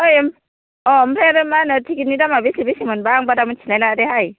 ऐ आम अ' आमफ्राय आरो मा होनो टिकेटनि दामा बेसे बेसेमोनबा आं बारा मोन्थिलाय लाङादेहाय